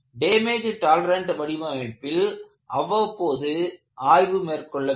damage tolerant வடிவமைப்பில் அவ்வப்போது ஆய்வு மேற்கொள்ள வேண்டும்